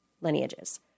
lineages